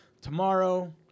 Tomorrow